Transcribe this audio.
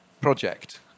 project